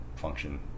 Function